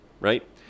right